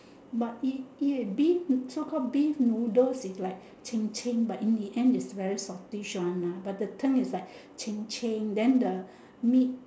but it eat a beef so called beef noodles it's like ching ching but in the end it's very saltish one mah but the tongue is like ching ching then the meat